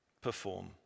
perform